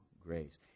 grace